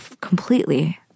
completely